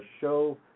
show